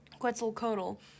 Quetzalcoatl